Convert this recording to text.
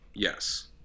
Yes